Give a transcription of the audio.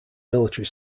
military